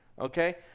Okay